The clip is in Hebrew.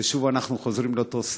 ושוב אנחנו חוזרים לאותו סרט,